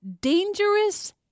dangerous